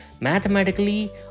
Mathematically